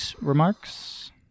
remarks